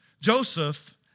Joseph